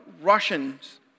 Russians